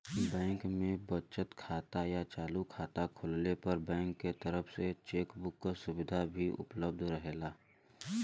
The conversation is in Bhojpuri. बैंक में बचत खाता या चालू खाता खोलले पर बैंक के तरफ से चेक बुक क सुविधा भी उपलब्ध रहेला